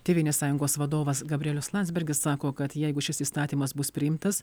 tėvynės sąjungos vadovas gabrielius landsbergis sako kad jeigu šis įstatymas bus priimtas